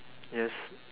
yes